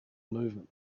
movement